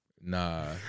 Nah